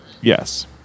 Yes